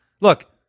look